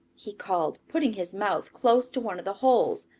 he called, putting his mouth close to one of the holes.